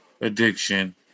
addiction